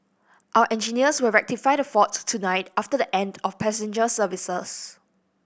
our engineers will rectify the fault tonight after the end of passenger services